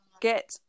get